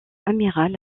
amiral